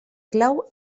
clau